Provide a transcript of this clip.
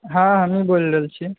हॅं हमहुँ बोल रहल छी